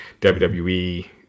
WWE